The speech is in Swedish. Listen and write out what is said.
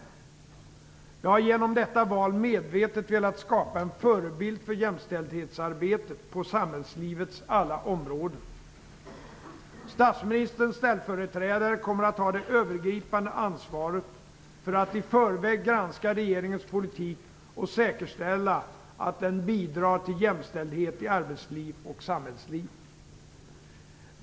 Jag har genom detta val medvetet velat skapa en förebild för jämställdhetsarbetet på samhällslivets alla områden. Statsministerns ställföreträdare kommer att ha det övergripande ansvaret för att i förväg granska regeringens politik och för att säkerställa att den bidrar till jämställdhet i arbetsliv och samhällsliv.